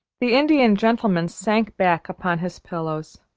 the indian gentleman sank back upon his pillows.